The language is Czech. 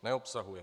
Neobsahuje.